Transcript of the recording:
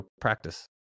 practice